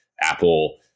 Apple